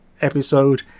episode